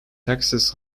taxes